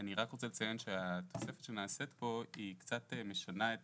רוצה לציין שהתוספת שנעשית פה היא קצת משנה את